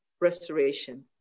restoration